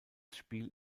spiel